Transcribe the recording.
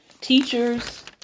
teachers